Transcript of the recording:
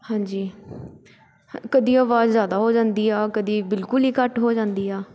ਹਾਂਜੀ ਹ ਕਦੇ ਆਵਾਜ਼ ਜ਼ਿਆਦਾ ਹੋ ਜਾਂਦੀ ਆ ਕਦੇ ਬਿਲਕੁਲ ਹੀ ਘੱਟ ਹੋ ਜਾਂਦੀ ਆ